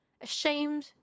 Ashamed